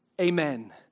amen